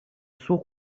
suo